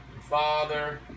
father